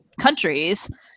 countries